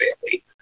family